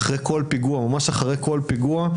ממש אחרי כל פיגוע.